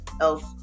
else